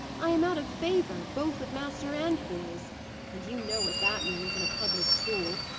i am out of favour, both with master and boys and you know what that means, in a public school.